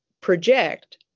project